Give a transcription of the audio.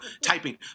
typing